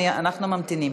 אנחנו ממתינים.